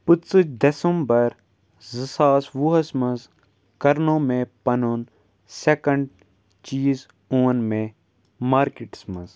پٕنٛژٕ ڈسَمبَر زٕ ساس وُہَس منٛز کَرنوو مےٚ پَنُن سٮ۪کَنٛڈ چیٖز اون مےٚ مارکیٹَس منٛز